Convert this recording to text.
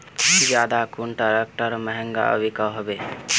ज्यादा कुन ट्रैक्टर महंगा बिको होबे?